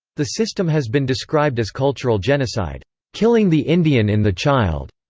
the system has been described as cultural genocide killing the indian in the child.